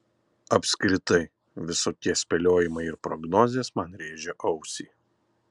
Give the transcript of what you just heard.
apskritai visokie spėliojimai ir prognozės man rėžia ausį